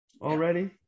already